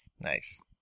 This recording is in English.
Nice